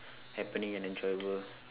happening and enjoyable